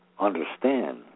understand